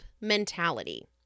mentality